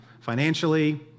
Financially